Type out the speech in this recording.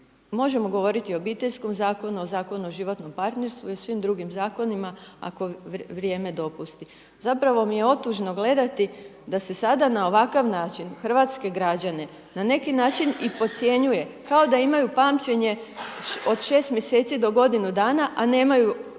Možemo govoriti o Obiteljskom zakonu, o Zakonu o životnom partnerstvu i svim drugim Zakonima ako vrijeme dopusti. Zapravo mi je otužno gledati da se sada na ovakav način, hrvatske građane na neki način i podcjenjuje, kao da imaju pamćenje od 6 mjeseci do godinu dana, a nemaju